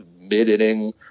mid-inning